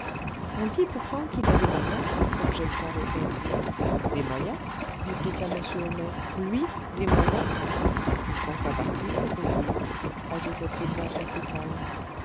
on dit pourtant qu'il a des moyens objecta l'hôtesse des moyens répliqua m homais lui des moyens dans sa partie c'est possible ajouta-t-il d'un ton plus calme